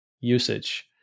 usage